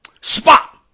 spot